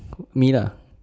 quote me lah